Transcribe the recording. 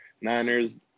Niners